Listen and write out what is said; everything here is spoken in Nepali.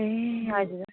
ए हजुर